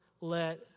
let